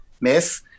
Miss